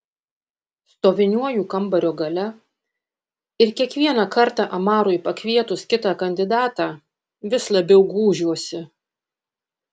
stoviniuoju kambario gale ir kiekvieną kartą amarui pakvietus kitą kandidatą vis labiau gūžiuosi